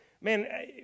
man